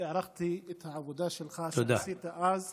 הערכתי מאוד את העבודה שלך, שעשית אז -- תודה.